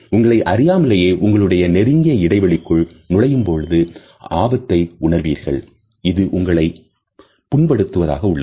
உங்களை அறியாமலேயே உங்களுடைய நெருங்கிய இடைவெளிக்குள் நுழையும் பொழுது அபாயத்தை உணருகிறீர்கள் இது உங்களை புண் படுத்துவதாக உள்ளது